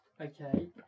Okay